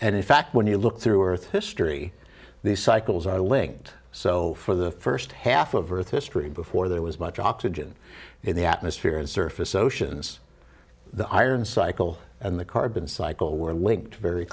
and in fact when you look through earth history these cycles are linked so for the first half of earth's history before there was much oxygen in the atmosphere and surface oceans the iron cycle and the carbon cycle were linked very